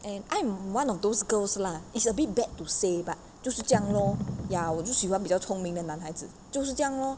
and I'm one of those girls lah it's a bit bad to say but 就是这样 lor ya 我就喜欢比较聪明的男孩子就是这样 lor